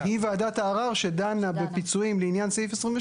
היא ועדת הערר שדנה בפיצויים לעניין סעיף 28